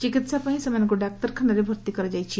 ଚିକିହା ପାଇଁ ସେମାନଙ୍କ ଡାକ୍ତରଖାନାରେ ଭର୍ତି କରାଯାଇଛି